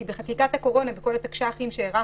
כי בחקיקת הקורונה, בכל התקש"חים שהארכנו,